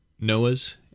noah's